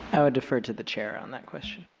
i would defer to the chair on that question.